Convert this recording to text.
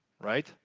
right